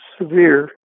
severe